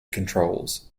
controls